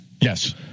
Yes